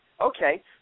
Okay